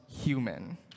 human